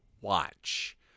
watch